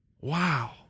Wow